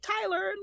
Tyler